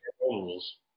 rules